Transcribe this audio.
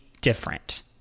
different